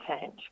change